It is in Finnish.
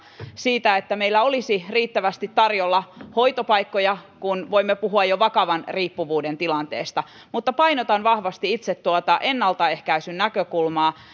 siitä että meillä olisi riittävästi tarjolla hoitopaikkoja kun voimme puhua jo vakavan riippuvuuden tilanteesta mutta painotan vahvasti itse tuota ennaltaehkäisyn näkökulmaa